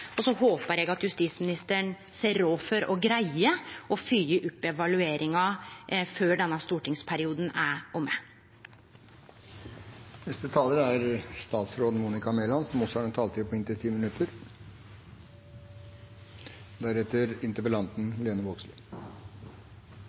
Og så håpar eg at justisministeren ser råd for å greie å fylgje opp evalueringa før denne stortingsperioden er omme. Neste taler er statsråd Monica Mæland. Jeg håper statsråden har en